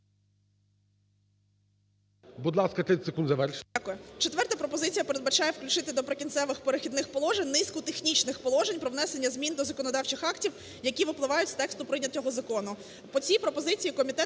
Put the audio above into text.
Четверта пропозиція передбачає включити до "Прикінцевих, перехідних положень" низку технічних положень про внесення змін до законодавчих актів, які випливають з тексту прийнятого закону.